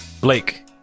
Blake